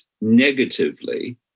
negatively